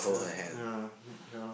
uh uh ya lor